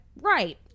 right